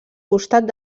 costat